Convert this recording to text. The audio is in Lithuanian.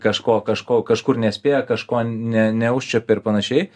kažko kažko kažkur nespėja kažko ne neužčiuopia ir panašiai